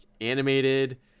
animated